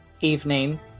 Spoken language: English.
Evening